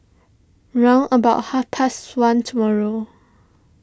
round about half past one tomorrow